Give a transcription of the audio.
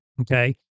Okay